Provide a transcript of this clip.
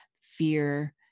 fear